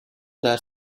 their